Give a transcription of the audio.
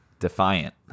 defiant